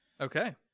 Okay